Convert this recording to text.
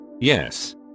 Yes